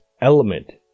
element